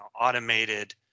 automated